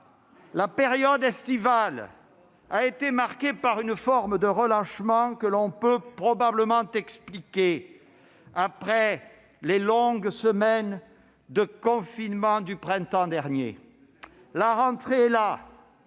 La période estivale a été marquée par une forme de relâchement que l'on peut probablement expliquer après les longues semaines de confinement du printemps dernier. La rentrée est là.